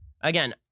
Again